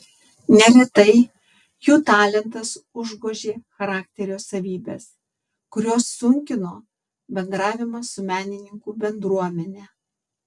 neretai jų talentas užgožė charakterio savybes kurios sunkino bendravimą su menininkų bendruomene